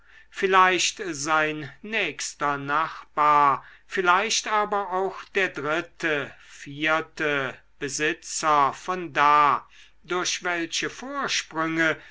vielleicht sein nächster nachbar vielleicht aber auch der dritte vierte besitzer von da durch welche vorsprünge